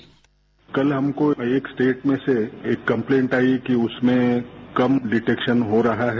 bite कल हमको एक स्टेट में से एक कम्पलेन्ट आई कि उसमें कम डिटेक्शन हो रहा है